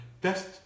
Best